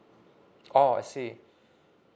oh I see